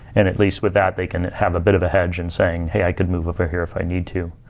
and at least with that, they can have a bit of a hedge in saying, hey, i could move over here if i need to.